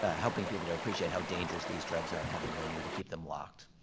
ah helping people to appreciate how dangerous these drugs are and how they really need to keep them locked.